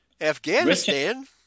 Afghanistan